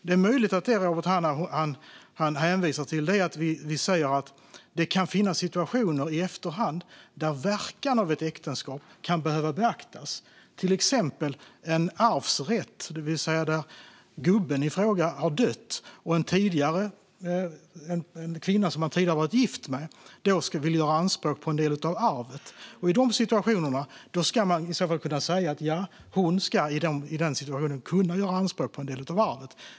Det är möjligt att vad Robert Hannah hänvisar till är att vi säger att det i efterhand kan finnas situationer där verkan av ett äktenskap kan behöva beaktas, till exempel en arvsrätt - där gubben i fråga har dött och en kvinna som han tidigare har varit gift med vill göra anspråk på en del av arvet. I de situationerna kan man säga att hon kan göra anspråk på en del av arvet.